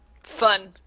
Fun